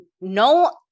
no